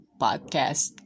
podcast